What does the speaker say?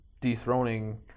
dethroning